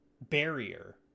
barrier